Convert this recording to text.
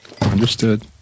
Understood